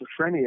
schizophrenia